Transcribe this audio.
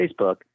Facebook